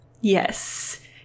Yes